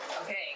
Okay